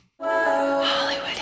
Hollywood